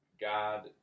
God –